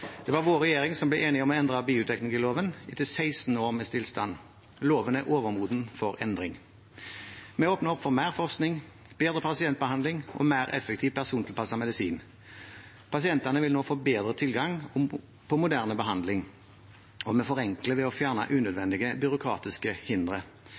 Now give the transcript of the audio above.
Det var vår regjering som ble enig om å endre bioteknologiloven etter 16 år med stillstand. Loven er overmoden for endring. Vi åpner opp for mer forskning, bedre pasientbehandling og mer effektiv persontilpasset medisin. Pasientene vil nå få bedre tilgang til moderne behandling, og vi forenkler ved å fjerne unødvendige byråkratiske hindre.